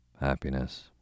happiness